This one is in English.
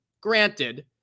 granted